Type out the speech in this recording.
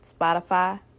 Spotify